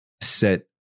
set